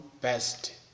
best